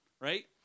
Right